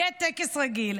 יהיה טקס רגיל.